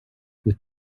with